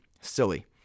Silly